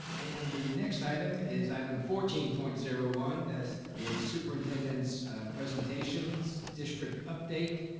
and the next item is item fourteen point zero one, this is superintendent's presentations, district update,